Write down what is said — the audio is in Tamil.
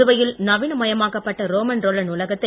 புதுவையில் நவீன மயமாக்கப்பட்ட ரோமன்ரோலண்ட் நாலகத்தை